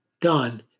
done